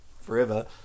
forever